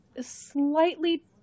slightly